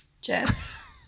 Jeff